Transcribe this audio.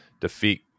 defeat